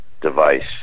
device